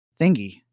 thingy